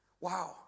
Wow